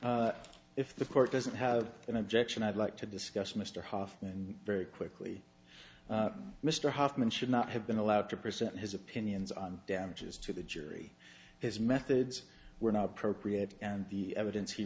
know if the court doesn't have an objection i'd like to discuss mr hoffman very quickly mr hoffman should not have been allowed to present his opinions on damages to the jury his methods were not appropriate and the evidence he